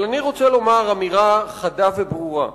אבל אני רוצה לומר אמירה חדה וברורה.